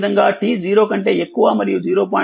అదేవిధంగా t 0కంటే ఎక్కువమరియు 0